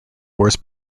wars